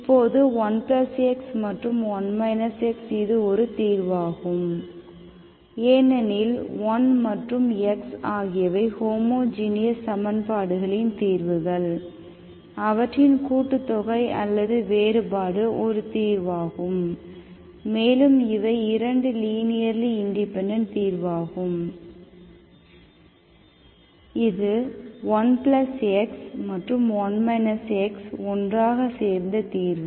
இப்போது 1 x மற்றும் 1 x இது ஒரு தீர்வாகும் ஏனெனில் 1 மற்றும் x ஆகியவை ஹோமோஜீனியஸ் சமன்பாடுகளின் தீர்வுகள் அவற்றின் கூட்டுத்தொகை அல்லது வேறுபாடு ஒரு தீர்வாகும் மேலும் இவை இரண்டு லீனியர்லி இண்டிபெண்டெண்ட் தீர்வாகும் இது 1x மற்றும் 1 x ஒன்றாக சேர்ந்த தீர்வு